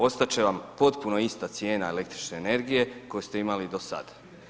Ostat će vam potpuno ista cijena električne energije koju ste imali i do sad.